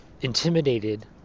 intimidated